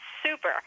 super